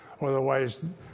otherwise